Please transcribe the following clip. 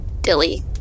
Dilly